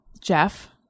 Jeff